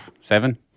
Seven